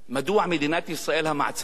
מדוע מדינת ישראל, המעצמה,